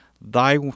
Thy